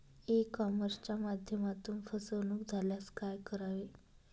E कॉमर्सच्या माध्यमातून फसवणूक झाल्यास काय करावे?